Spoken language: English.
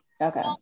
Okay